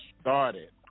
started